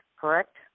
correct